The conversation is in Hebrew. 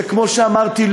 שכמו שאמרתי,